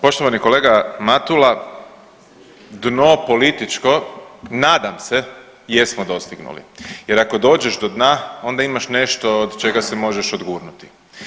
Poštovani kolega Matula, dno političko, nadam se, jesmo dostignuli jer ako dođeš do dna, onda imaš nešto od čega se možeš odgurnuti.